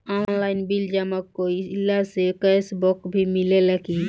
Online bill जमा कईला से कैश बक भी मिलेला की?